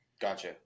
Gotcha